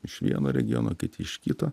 iš vieno regiono kiti iš kito